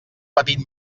petit